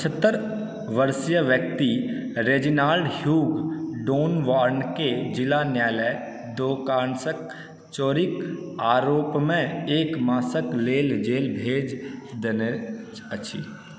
पछहत्तरि वर्षीय व्यक्ति Reginald Hugh Donovan केँ जिला न्यायालय दोकानसँ चोरीक आरोपमे एक मासक लेल जेल भेज देने अछि